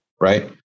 Right